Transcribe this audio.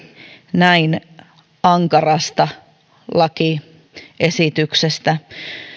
näin ankarasta lakiesityksestä